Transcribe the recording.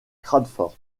crawford